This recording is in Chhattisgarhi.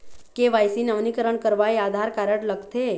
के.वाई.सी नवीनीकरण करवाये आधार कारड लगथे?